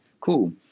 Cool